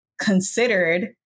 considered